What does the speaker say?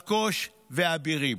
אלקוש ואבירים.